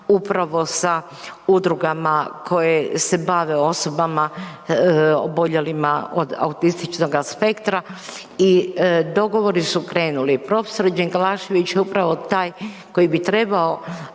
upravo sa udrugama koje se bave osobama oboljelima od autističnog aspektra i dogovori su krenuli. Prof. …/Govornik se ne razumije/…je upravo taj koji bi trebao